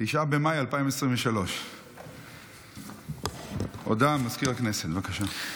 9 במאי 2023. הודעה למזכיר הכנסת, בבקשה.